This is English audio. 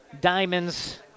diamonds